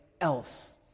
else